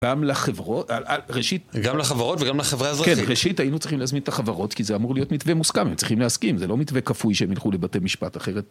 גם לחברות... ראשית... גם לחברות וגם לחברה האזרחית. כן, ראשית היינו צריכים להזמין את החברות כי זה אמור להיות מתווה מוסכם, הם צריכים להסכים, זה לא מתווה כפוי שהם ילכו לבתי משפט אחרת.